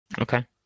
Okay